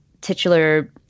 titular